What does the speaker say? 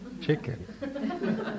chicken